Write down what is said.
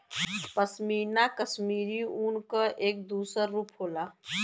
पशमीना कशमीरी ऊन क एक दूसर रूप होला